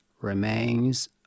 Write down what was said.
remains